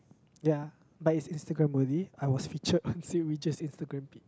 yeah but it's Instagram worthy I was featured on Saint-Regis Instagram page